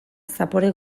zapore